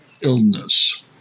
illness